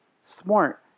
smart